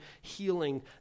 healing